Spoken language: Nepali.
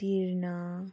तिर्न